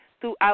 throughout